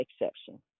exception